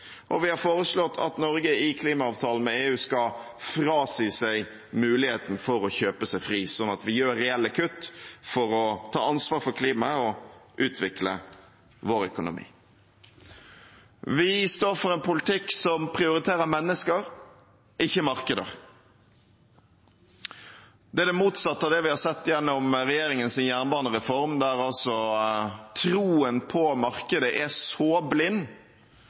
og vi har foreslått at Norge i klimaavtalen med EU skal frasi seg muligheten til å kjøpe seg fri, slik at vi gjør reelle kutt for å ta ansvar for klimaet og utvikle vår økonomi. Vi står for en politikk som prioriterer mennesker, ikke markeder. Det er det motsatte av det vi har sett gjennom regjeringens jernbanereform, der troen på markedet er så blind